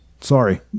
Sorry